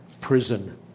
prison